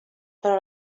però